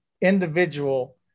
individual